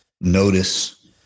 Notice